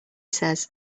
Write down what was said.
says